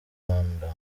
rwanda